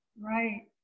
Right